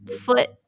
foot